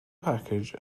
package